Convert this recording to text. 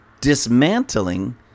dismantling